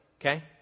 Okay